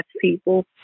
people